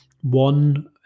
One